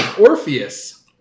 Orpheus